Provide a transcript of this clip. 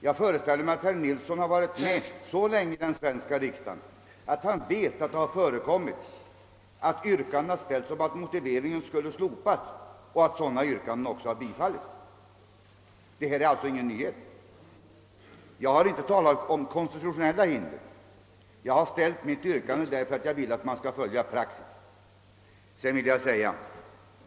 Jag föreställer mig att herr Nilsson varit med så länge i den svenska riksdagen att han vet att det stundom har förekommit att yrkanden ställts om att motiveringen skulle slopas och att sådana yrkanden också har bifallits. Det här är alltså inte fråga om någon nyhet. Jag har inte talat om några konstitutionella hinder. Jag har ställt mitt yrkande därför att jag vill att man skall följa praxis.